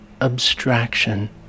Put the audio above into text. abstraction